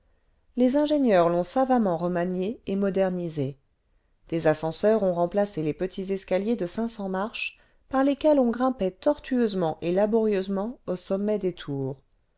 les ingénieurs l'ont savamment remaniée et modernisée des ascenseurs ont remplacé les petits escaliers de cinq'cents marches par lesquels on grimpait tortueusement et laborieusement au sommet des tours